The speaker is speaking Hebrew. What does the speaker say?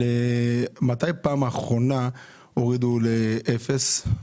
מתי בפעם האחרונה הורידו לאפס?